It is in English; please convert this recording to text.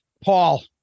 Paul